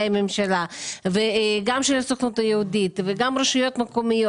הממשלה וגם של הסוכנות היהודית וגם רשויות מקומיות.